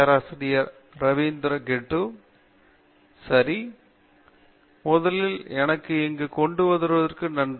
பேராசிரியர் ரவீந்திர கெட்டூ சரி முதலில் என்னை இங்கு கொண்டுவருவதற்கு நன்றி